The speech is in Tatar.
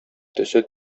төсе